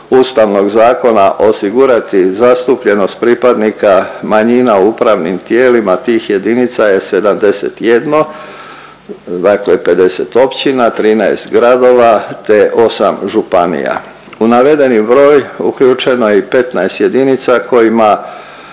Ustavnog zakona osigurati zastupljenost pripadnika manjina u upravnim tijelima tih jedinica je 71, dakle 50 općina, 13 gradova te 8 županija. U navedeni broj uključeno je i 15 jedinica kojima